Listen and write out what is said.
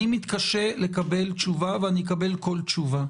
אני מתקשה לקבל תשובה, ואני אקבל כל תשובה.